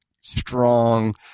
strong